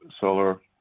solar